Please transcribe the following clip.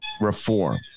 reform